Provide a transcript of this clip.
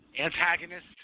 antagonist